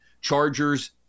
Chargers